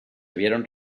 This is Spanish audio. vieron